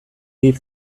dit